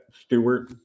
Stewart